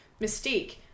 Mystique